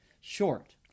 short